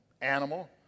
animal